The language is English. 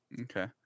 Okay